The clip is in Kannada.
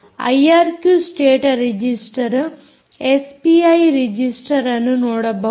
IRQ state register SPI register ಅನ್ನು ನೋಡಬಹುದು